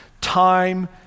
time